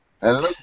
Hello